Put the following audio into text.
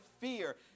fear